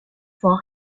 for